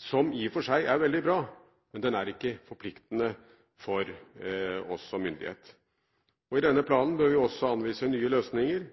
som i og for seg er veldig bra, men den er ikke forpliktende for oss som myndighet. I denne planen bør vi også anvise nye løsninger